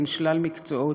עם שלל מקצועות.